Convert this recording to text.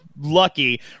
Lucky